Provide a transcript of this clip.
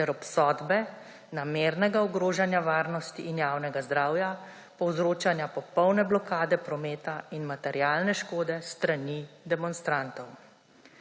ter obsodbe namernega ogrožanja varnosti in javnega zdravja, povzročanja popolne blokade prometa in materialne škode s strani demonstrantov.